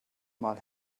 mal